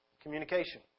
communication